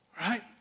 right